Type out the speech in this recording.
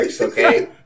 Okay